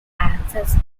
access